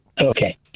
okay